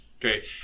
Okay